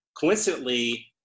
coincidentally